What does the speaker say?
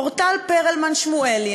אורטל פרלמן שמואלי,